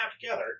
together